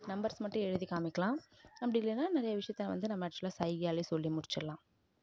numbers மட்டும் எழுதி காமிக்கலாம் அப்படி இல்லைனா நிறைய விஷயத்த வந்து நம்ம ஆக்ச்சுவலாக சைகையாலே சொல்லி முடிச்சிடலாம்